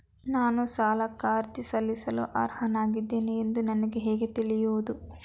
ನಾನು ಸಾಲಕ್ಕೆ ಅರ್ಜಿ ಸಲ್ಲಿಸಲು ಅರ್ಹನಾಗಿದ್ದೇನೆ ಎಂದು ನನಗೆ ಹೇಗೆ ತಿಳಿಯುವುದು?